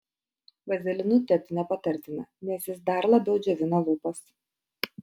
vazelinu tepti nepatartina nes jis dar labiau džiovina lūpas